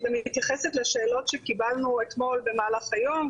אני גם מתייחסת לשאלות שקיבלנו אתמול במהלך היום,